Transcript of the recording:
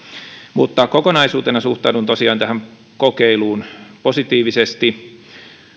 mutta kokonaisuutena suhtaudun tosiaan tähän kokeiluun positiivisesti